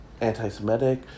anti-Semitic